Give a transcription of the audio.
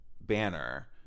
banner